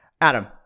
Adam